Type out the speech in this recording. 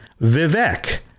Vivek